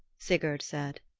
sigurd said.